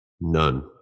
None